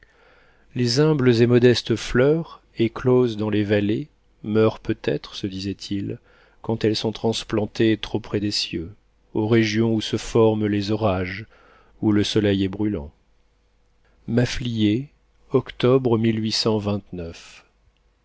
les humbles et modestes fleurs écloses dans les vallées meurent peut-être se disait-il quand elles sont transplantées trop près des cieux aux régions où se forment les orages où le soleil est brûlant maffliers octobre